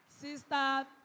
Sister